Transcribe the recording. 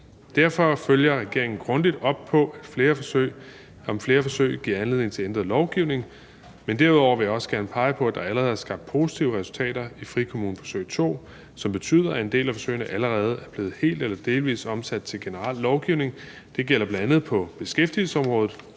derfor følger regeringen grundigt op på, om flere forsøg giver anledning til ændret lovgivning. Derudover vil jeg også gerne pege på, at der allerede er skabt positive resultater i frikommuneforsøg II, som betyder, at en del af forsøgene allerede er blevet helt eller delvist omsat til generel lovgivning. Det gælder bl.a. på beskæftigelsesområdet,